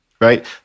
right